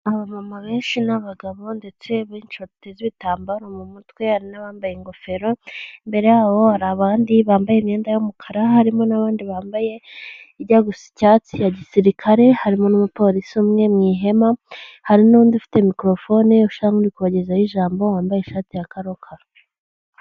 Abamama benshi n'abagabo ndetse benshi bateza ibitambaro mu mutwe hari n'abambaye ingofero imbere yabo hari abandi bambaye imyenda y'umukara harimo n'abandi bambaye ijya gusa icyatsi ya gisirikare harimo n'umupolisi umwe mu ihema hari n'undi ufite mikorofone usha nkuri kubagezaho ijambo wambaye ishati ya karokaro.